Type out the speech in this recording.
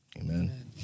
Amen